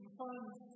funds